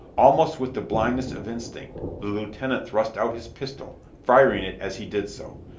almost with the blindness of instinct the lieutenant thrust out his pistol, firing it as he did so.